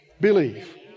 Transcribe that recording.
believe